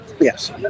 Yes